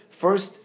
First